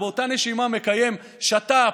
ובאותה נשימה מקיים שת"פ,